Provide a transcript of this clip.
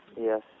Yes